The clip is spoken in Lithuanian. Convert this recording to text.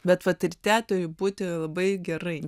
bet vat ir tetui būti labai gerai